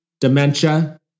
dementia